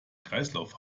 kreislauf